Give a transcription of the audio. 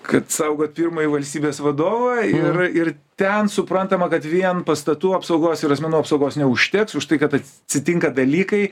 kad saugot pirmąjį valstybės vadovą ir ir ten suprantama kad vien pastatų apsaugos ir asmenų apsaugos neužteks už tai kad atsitinka dalykai